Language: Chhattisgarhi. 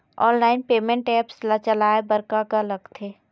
ऑनलाइन पेमेंट एप्स ला चलाए बार का का लगथे?